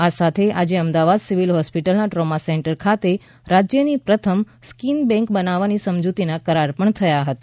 આ સાથે આજે અમદાવાદ સિવિલ હોસ્પિટલના ટ્રોમા સેન્ટર ખાતે રાજ્યની પ્રથમ સ્કીન બેન્ક બનાવવાના સમજૂતી કરાર પણ થયા હતા